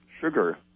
sugar